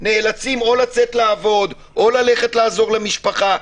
נאלצים או לצאת לעבוד, או ללכת לעזור למשפחה.